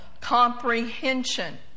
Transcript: comprehension